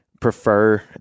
prefer